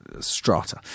strata